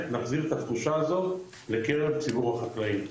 נחזיר את התחושה הזאת לקרב ציבור החקלאים,